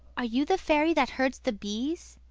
are you the fairy that herds the bees?